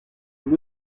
nous